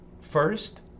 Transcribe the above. First